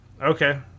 Okay